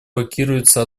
блокируется